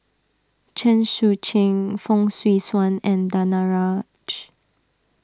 Chen Sucheng Fong Swee Suan and Danaraj